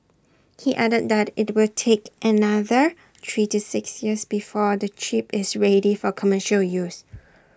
he added that IT will take another three to six years before the chip is ready for commercial use